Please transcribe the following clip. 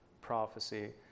prophecy